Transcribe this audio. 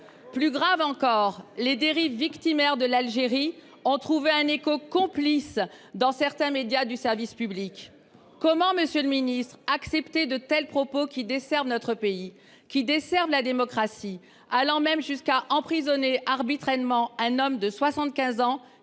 Plus grave encore, les dérives victimaires de l’Algérie ont trouvé un écho complice dans certains médias du service public. Comment, monsieur le ministre, accepter de tels propos, qui desservent notre pays, qui desservent la démocratie ? Nous parlons de l’emprisonnement arbitraire d’un homme de 75 ans,